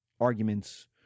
arguments